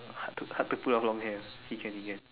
hard to hard to pull off long hair he can he can